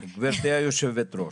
סליחה, סליחה וידוא חיים.